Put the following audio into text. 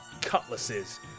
cutlasses